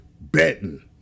betting